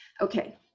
okay